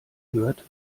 hört